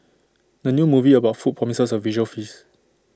the new movie about food promises A visual feast